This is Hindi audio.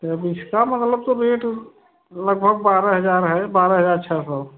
अब इसका मतलब तो रेट लगभग बारह हजार है बारह हजार छ सौ